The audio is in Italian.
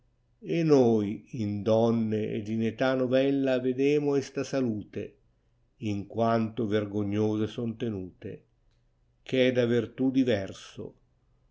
converso noi in donne ed in età novella vedemo està salute in quanto vergognose son tenute gh è da vertù diverso